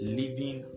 living